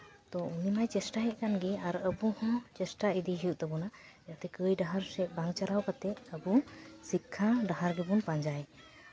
ᱛᱳ ᱩᱱᱤ ᱢᱟᱭ ᱪᱮᱥᱴᱟᱭᱮᱫ ᱠᱟᱱᱜᱮ ᱟᱨ ᱟᱵᱚ ᱦᱚᱸ ᱪᱮᱥᱴᱟ ᱤᱫᱤ ᱦᱩᱭᱩᱜ ᱛᱟᱵᱚᱱᱟ ᱡᱟᱛᱮ ᱠᱟᱹᱭ ᱰᱟᱦᱟᱨ ᱥᱮᱫ ᱵᱟᱝ ᱪᱟᱞᱟᱣ ᱠᱟᱛᱮᱫ ᱟᱵᱚ ᱥᱤᱠᱠᱷᱟ ᱰᱟᱦᱟᱨ ᱜᱮᱵᱚᱱ ᱯᱟᱸᱡᱟᱭ